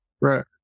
right